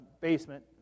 basement